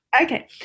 Okay